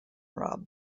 rub